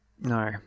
no